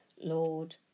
Lord